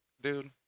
Dude